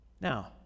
Now